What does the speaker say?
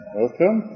welcome